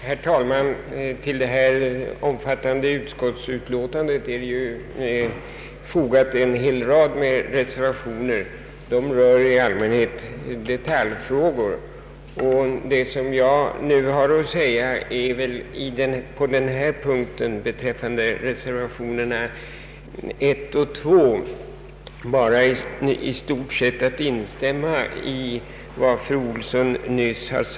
Herr talman! Till detta mycket omfattande utskottsutlåtande är fogat en hel rad reservationer. De rör i allmänhet detaljfrågor. Beträffande reservationerna 1 och 2 vid denna punkt har jag i stort sett endast att instämma i vad fru Olsson nyss sade.